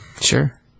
Sure